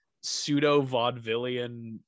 pseudo-vaudevillian